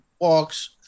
walks